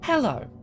Hello